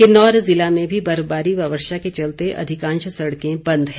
किन्नौर जिला में भी बर्फबारी व वर्षा के चलते अधिकांश सड़कें बंद हैं